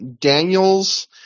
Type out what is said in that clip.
Daniels